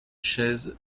chaise